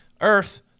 earth